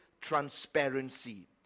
transparency